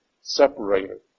separated